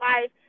life